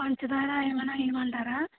పంచదార ఏమన్నా వేయయమంటారా